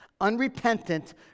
unrepentant